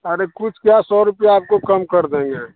अरे कुछ क्या सौ रुपया आपको कम कर देंगे